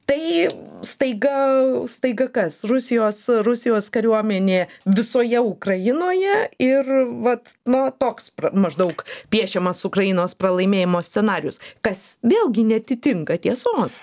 tai staiga staiga kas rusijos rusijos kariuomenė visoje ukrainoje ir vat na va toks maždaug piešiamas ukrainos pralaimėjimo scenarijus kas vėlgi neatitinka tiesos